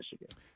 Michigan